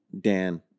Dan